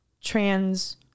trans